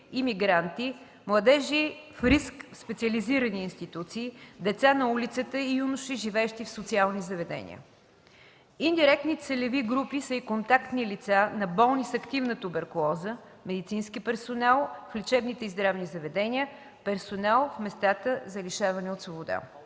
имигранти; младежи в риск в специализирани институции; деца на улицата и юноши, живеещи в социални заведения. Индиректни целеви групи са и контактни лица на болни с активна туберкулоза; медицински персонал в лечебните и здравни заведения; персонал в местата за лишаване от свобода.